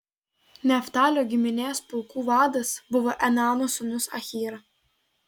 neftalio giminės pulkų vadas buvo enano sūnus ahyra